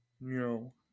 No